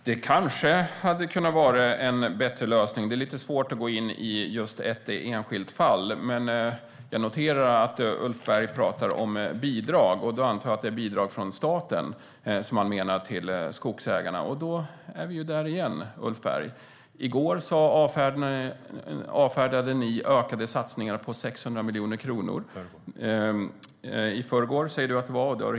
Herr talman! Det kanske hade kunnat vara en bättre lösning. Det är lite svårt att gå in i just ett enskilt fall. Men jag noterar att Ulf Berg talar om bidrag, och då antar jag att han menar bidrag från staten till skogsägarna. Då är vi där igen, Ulf Berg. I förrgår avfärdade ni ökade satsningar på 600 miljoner kronor.